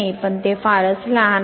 पण ते फारच लहान आहे